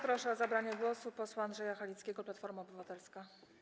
Proszę o zabranie głosu posła Andrzeja Halickiego, Platforma Obywatelska.